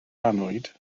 annwyd